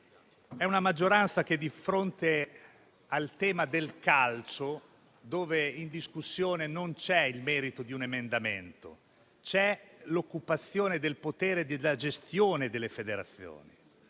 un Governo che, di fronte al tema del calcio, su cui in discussione c'è non il merito di un emendamento, ma l'occupazione del potere, la gestione delle federazioni,